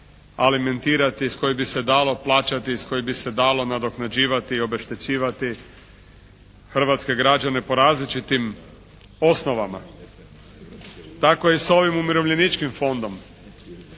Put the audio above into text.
alimentirati, iz koje bi se dalo plaćati, iz koje bi se dalo nadoknađivati i obeštećivati hrvatske građane po različitim osnovama. Tako je i sa ovim Umirovljeničkim fondom.